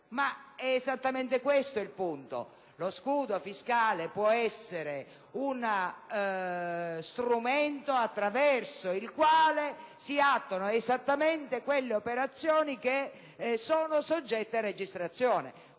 Ma è esattamente questo il punto! Lo scudo fiscale può essere uno strumento attraverso il quale si attuano proprio quelle operazioni che sono soggette a registrazione,